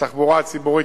התחבורה הציבורית,